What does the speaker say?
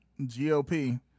GOP